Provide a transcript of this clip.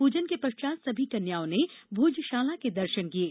पूजन के पश्चात सभी कन्याओं ने भोजशाला के दर्शन किये